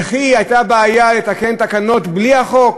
וכי הייתה בעיה לתקן תקנות בלי החוק?